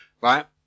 right